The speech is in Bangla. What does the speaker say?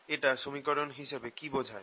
এটা সমীকরণ হিসাবে কি বোঝায়